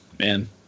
Man